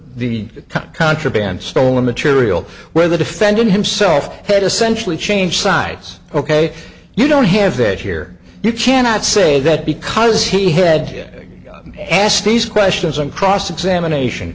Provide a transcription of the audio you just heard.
the contraband stolen material where the defendant himself had essentially changed sides ok you don't have that here you cannot say that because he headed asked these questions on cross examination